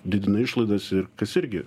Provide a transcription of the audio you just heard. didina išlaidas ir kas irgi